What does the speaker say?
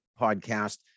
podcast